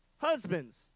Husbands